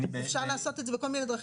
אפשר לעשות את זה בכל מיני דרכים.